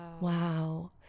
Wow